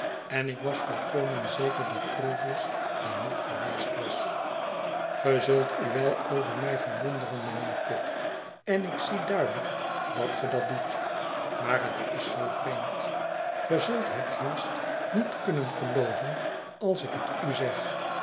en ik was volkomen zeker dat provis daar niet geweest was ge zult u wel over mij verwonderen mijnheer pip en ik zie duidelijk dat ge dat doet maar het is zoo vreemd ge zult het haast niet kunnen gelooven als ik het u zeg